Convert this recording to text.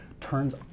turns